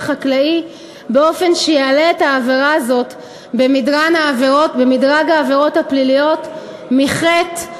חקלאי באופן שיעלה את העבירה הזאת במדרג העבירות הפליליות מחטא,